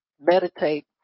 meditate